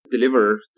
deliver